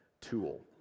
tool